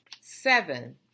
Seven